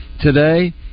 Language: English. today